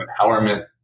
empowerment